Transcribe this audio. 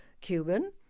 Cuban